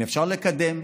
אפשר לקדם,